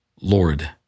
Lord